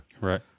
right